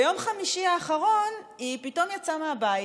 ביום חמישי האחרון היא פתאום יצאה מהבית.